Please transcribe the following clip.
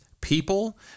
people